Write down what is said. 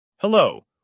Hello